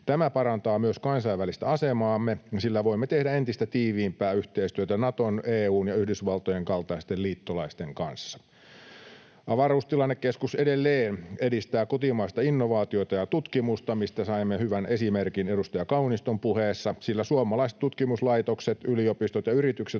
Tämä parantaa myös kansainvälistä asemaamme, sillä voimme tehdä entistä tiiviimpää yhteistyötä Naton, EU:n ja Yhdysvaltojen kaltaisten liittolaisten kanssa. Avaruustilannekeskus edelleen edistää kotimaisia innovaatioita ja tutkimusta, mistä saimme hyvän esimerkin edustaja Kauniston puheessa, sillä suomalaiset tutkimuslaitokset, yliopistot ja yritykset